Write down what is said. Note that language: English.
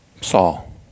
Saul